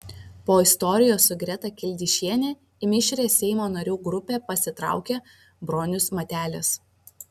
po istorijos su greta kildišiene į mišrią seimo narių grupę pasitraukė bronius matelis